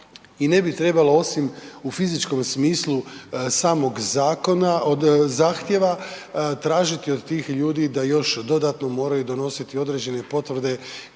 i ne bi trebalo osim u fizičkom smislu samog zakona od zahtjeva tražiti od tih ljudi da još dodatno moraju donositi određene potvrde